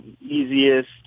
easiest